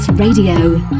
Radio